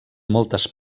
moltes